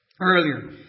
earlier